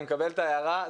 אני מקבל את ההערה,